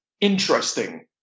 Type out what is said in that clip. interesting